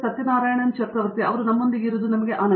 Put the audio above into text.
ಸತ್ಯನಾರಾಯಣನ್ ಚಕ್ರವರ್ತಿ ಅವರು ನಮ್ಮೊಂದಿಗೆ ಇರುವುದು ನಮ್ಮ ಆನಂದ